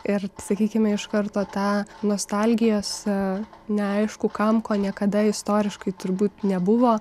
ir sakykime iš karto tą nostalgijos neaišku kam ko niekada istoriškai turbūt nebuvo